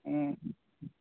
ꯎꯝ